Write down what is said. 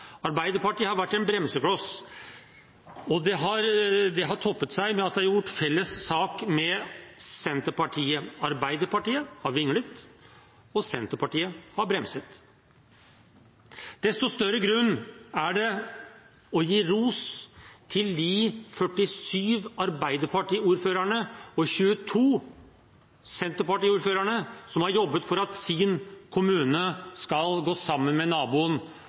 Arbeiderpartiet har vært en bremsekloss, og det har toppet seg med at de har gjort felles sak med Senterpartiet. Arbeiderpartiet har vinglet, og Senterpartiet har bremset. Desto større grunn er det til å gi ros til de 47 arbeiderpartiordførerne og 22 senterpartiordførerne som har jobbet for at deres kommune skal gå sammen med naboen